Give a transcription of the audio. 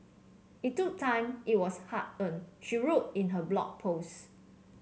it took time it was hard earned she wrote in her Blog Post